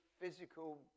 physical